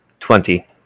Twenty